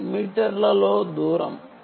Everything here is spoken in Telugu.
r మీటర్ల లో దూరం